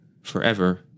forever